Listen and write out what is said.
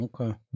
Okay